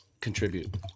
contribute